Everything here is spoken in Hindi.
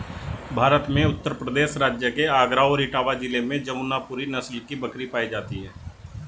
भारत में उत्तर प्रदेश राज्य के आगरा और इटावा जिले में जमुनापुरी नस्ल की बकरी पाई जाती है